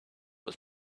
was